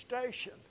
station